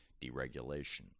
deregulation